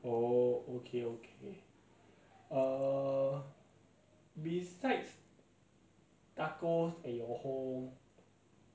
simple meals I'm not a very complicated person like yesterday my maid cook cai tao kway hor fun ya